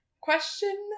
Question